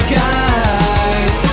guys